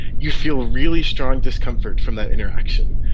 you feel really strong discomfort from that interaction,